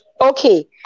Okay